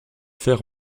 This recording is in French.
faire